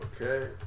Okay